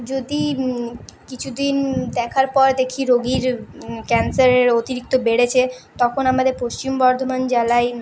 যদি কিছুদিন দেখার পর দেখি রোগীর ক্যানসারের অতিরিক্ত বেড়েছে তখন আমাদের পশ্চিম বর্ধমান জেলায়